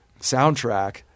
soundtrack